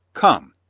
come!